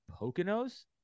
poconos